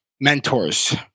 mentors